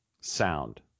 sound